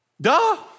Duh